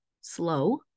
slow